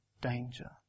danger